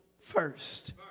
first